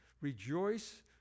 Rejoice